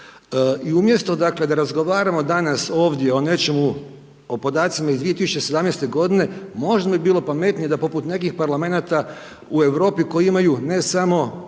i umjesto dakle da razgovaramo danas ovdje o nečemu, o podacima iz 2017. g., možda bi bilo pametnije da poput nekih parlamenata u Europi koji imaju ne samo